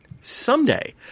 someday